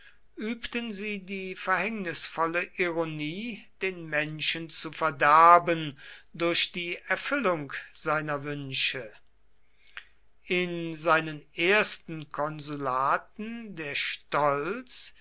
übten sie die verhängnisvolle ironie den menschen zu verderben durch die erfüllung seiner wünsche in seinen ersten konsulaten der stolz